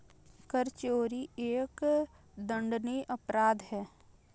कर चोरी एक दंडनीय अपराध है